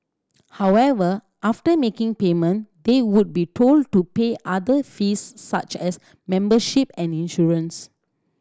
however after making payment they would be told to pay other fees such as membership and insurance